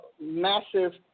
massive